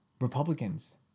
Republicans